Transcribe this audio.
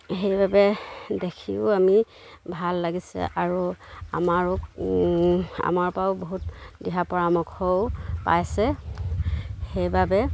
সেইবাবে দেখিও আমি ভাল লাগিছে আৰু আমাৰো আমাৰপৰাও বহুত দিহা পৰামৰ্শও পাইছে সেইবাবে